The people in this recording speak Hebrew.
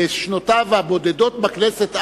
בשנותיו הבודדות בכנסת,